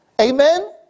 Amen